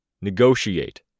negotiate